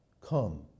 Come